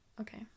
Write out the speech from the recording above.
Okay